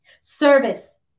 service